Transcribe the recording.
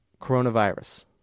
coronavirus